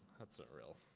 that's a real,